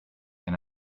can